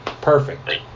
perfect